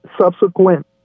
subsequent